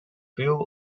few